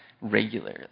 regularly